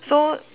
so